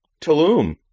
Tulum